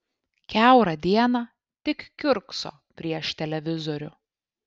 kiaurą dieną tik kiurkso prieš televizorių